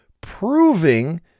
proving